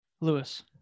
Lewis